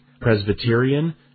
Presbyterian